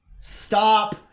stop